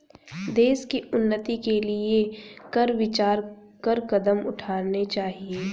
देश की उन्नति के लिए कर विचार कर कदम उठाने चाहिए